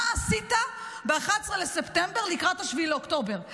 מה עשית ב-11 בספטמבר לקראת 7 אוקטובר?